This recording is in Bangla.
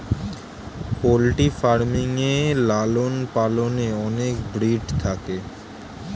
পোল্ট্রি ফার্মিং এ লালন পালনে অনেক ব্রিড থাকে